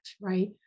right